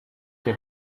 her